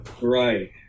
Right